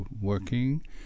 working